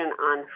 on